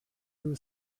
you